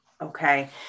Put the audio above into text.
Okay